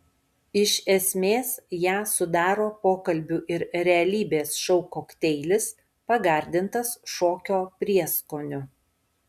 iš esmės ją sudaro pokalbių ir realybės šou kokteilis pagardintas šokio prieskoniu